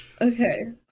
Okay